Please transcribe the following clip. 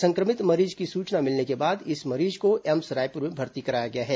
संक्रमित मरीज की सूचना मिलने के बाद इस मरीज को एम्स रायपुर में भर्ती कराया गया है